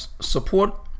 support